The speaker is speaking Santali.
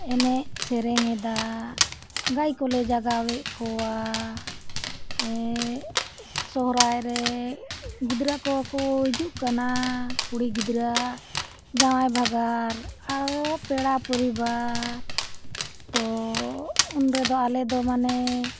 ᱮᱱᱮᱡᱼᱥᱮᱨᱮᱧ ᱮᱫᱟ ᱜᱟᱹᱭ ᱠᱚᱞᱮ ᱡᱟᱜᱟᱣᱮᱫ ᱠᱚᱣᱟ ᱥᱚᱦᱨᱟᱭ ᱨᱮ ᱜᱤᱫᱽᱨᱟᱹ ᱠᱚᱦᱚᱸ ᱠᱚ ᱦᱤᱡᱩᱜ ᱠᱟᱱᱟ ᱠᱩᱲᱤ ᱜᱤᱫᱽᱨᱟᱹ ᱡᱟᱶᱟᱭ ᱵᱷᱟᱹᱜᱟᱹᱱ ᱟᱨᱦᱚᱸ ᱯᱮᱲᱟ ᱯᱚᱨᱤᱵᱟᱨ ᱛᱳ ᱩᱱ ᱨᱮᱫᱚ ᱟᱞᱮ ᱫᱚ ᱢᱟᱱᱮ